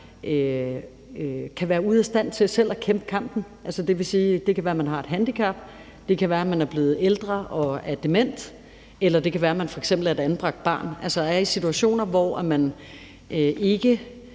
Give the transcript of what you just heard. kan være ude af stand til selv at kæmpe kampen – det kan være, at man har et handicap, det kan være, at man er blevet ældre og man er dement, eller det kan f.eks. være, at man er et anbragt barn – og hvor man altså er i en situation, hvor man ikke